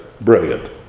brilliant